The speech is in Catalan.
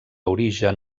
origen